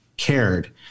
cared